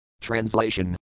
Translation